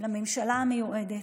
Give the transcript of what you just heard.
לממשלה המיועדת.